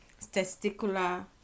testicular